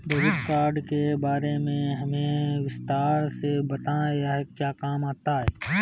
Debit card के बारे में हमें विस्तार से बताएं यह क्या काम आता है?